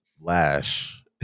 lash